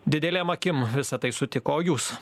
didelėm akim visa tai sutiko o jūs